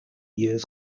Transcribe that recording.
years